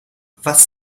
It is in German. was